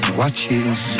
watches